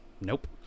nope